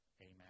amen